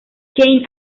kane